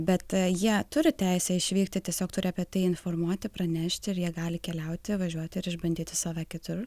bet jie turi teisę išvykti tiesiog turi apie tai informuoti pranešti ir jie gali keliauti važiuoti ir išbandyti save kitur